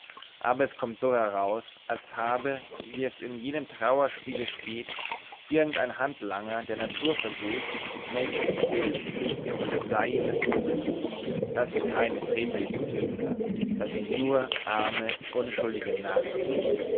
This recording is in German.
aber es kommt so heraus als habe wie es in jenem trauerspiele steht irgend ein handlanger der natur versucht menschen zu bilden und es sei ihm mißlungen das sind keine freveliche sünder das sind nur arme unschuldige narren